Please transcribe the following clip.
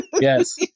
Yes